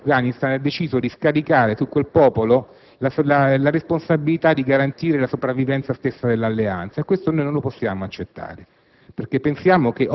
La NATO, invece, in Afghanistan ha deciso di scaricare su quel popolo la responsabilità di garantire la sopravvivenza stessa dell'Alleanza. Questo non lo possiamo accettare,